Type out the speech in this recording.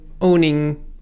owning